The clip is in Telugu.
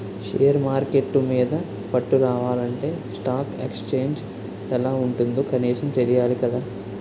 షేర్ మార్కెట్టు మీద పట్టు రావాలంటే స్టాక్ ఎక్సేంజ్ ఎలా ఉంటుందో కనీసం తెలియాలి కదా